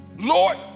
Lord